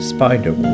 Spider